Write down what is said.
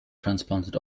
transplanted